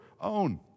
own